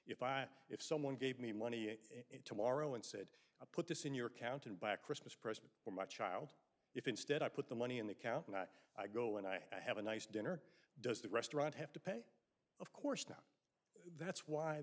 if i if someone gave me money tomorrow and said put this in your account and buy a christmas present for my child if instead i put the money in the county not i go and i have a nice dinner does the restaurant have to pay of course now that's why